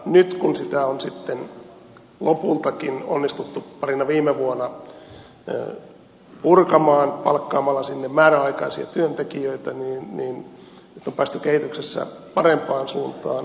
nyt kun sitä on sitten lopultakin onnistuttu parina viime vuonna purkamaan palkkaamalla sinne määräaikaisia työntekijöitä on päästy kehityksessä parempaan suuntaan